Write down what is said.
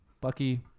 Bucky